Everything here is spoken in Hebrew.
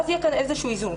ואז יהיה כאן איזשהו איזון.